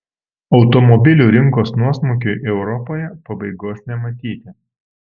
automobilių rinkos nuosmukiui europoje pabaigos nematyti